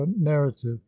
narrative